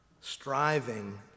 striving